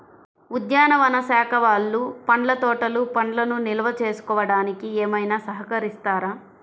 ఉద్యానవన శాఖ వాళ్ళు పండ్ల తోటలు పండ్లను నిల్వ చేసుకోవడానికి ఏమైనా సహకరిస్తారా?